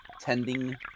tending